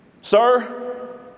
Sir